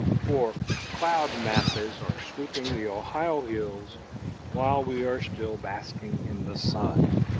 for cloud masses are sweeping the ohio hills while we are still basking in the sun.